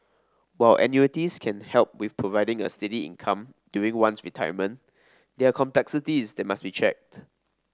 while annuities can help with providing a steady income during one's retirement there are complexities that must be checked